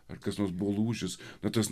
ar kas nors buvo lūžis na tas